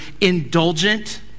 indulgent